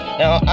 now